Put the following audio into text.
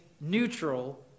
neutral